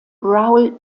raoul